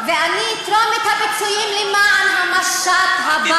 אני אתרום את הפיצויים למען המשט הבא,